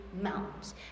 mountains